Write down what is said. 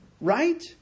Right